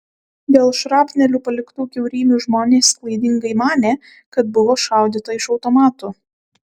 dėl šrapnelių paliktų kiaurymių žmonės klaidingai manė kad buvo šaudyta iš automatų